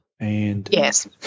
Yes